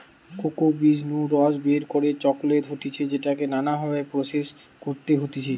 cocoa বীজ নু রস বের করে চকলেট হতিছে যেটাকে নানা ভাবে প্রসেস করতে হতিছে